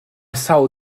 sawl